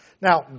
Now